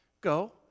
go